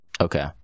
okay